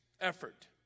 effort